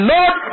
Lord